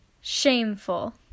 Shameful